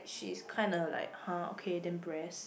she is kinda like !huh! okay then breast